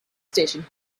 station